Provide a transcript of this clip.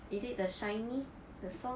is it the shiny the song